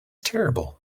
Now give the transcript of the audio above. terrible